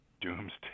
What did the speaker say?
doomsday